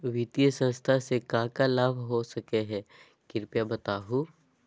वित्तीय संस्था से का का लाभ हो सके हई कृपया बताहू?